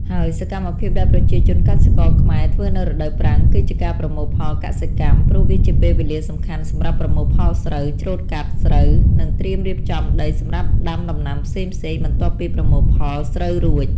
ហើយសកម្មភាពដែលប្រជាជនកសិករខ្មែរធ្វើនៅរដូវប្រាំង គឺជាការប្រមូលផលកសិកម្ម ព្រោះវាជាពេលវេលាសំខាន់សម្រាប់ប្រមូលផលស្រូវ ច្រូតកាត់ ស្រូវ និងត្រៀមរៀបចំដីសម្រាប់ដាំដំណាំផ្សេងៗបន្ទាប់ពីប្រមូលផលស្រូវស្រួច។